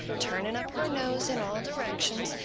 turning up her nose in all directions,